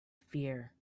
fear